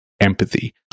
empathy